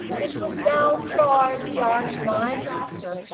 it was now far beyond my grasp.